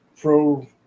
pro